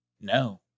No